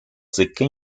zecca